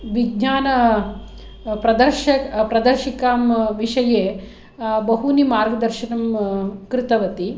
विज्ञानप्रदर्शिका विषये बहूनि मार्गदर्शकं कृतवती